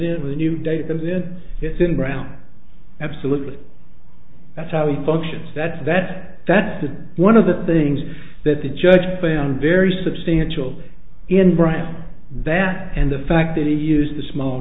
in with a new date them since it's in brown absolutely that's how we function that's that that's one of the things that the judge found very substantial in brian that and the fact that he used the sm